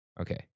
Okay